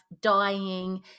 dying